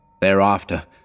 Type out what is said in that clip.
Thereafter